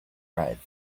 right